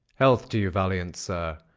health to you, valiant sir,